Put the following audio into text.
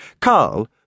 Carl